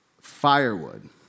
Firewood